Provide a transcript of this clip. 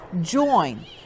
JOIN